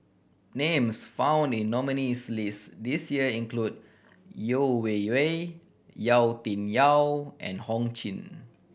names found in the nominees' list this year include Yeo Wei Wei Yau Tian Yau and Ho Ching